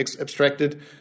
abstracted